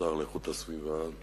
השר לאיכות הסביבה,